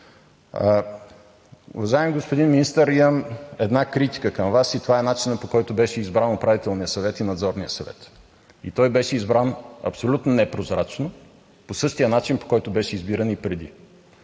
Уважаеми господин Министър, имам една критика към Вас – това е начинът, по който беше избран Управителният и Надзорният съвет. Той беше избран абсолютно непрозрачно, по същия начин по който беше избиран и преди